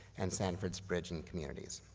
and sanford's bridging communities.